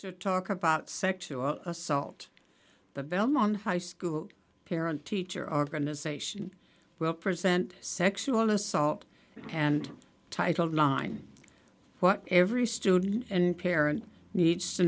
to talk about sexual assault the belmont high school parent teacher organization represent sexual assault and titled line what every student and parent needs to